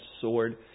sword